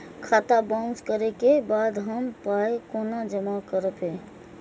खाता बाउंस करै के बाद हम पाय कोना जमा करबै?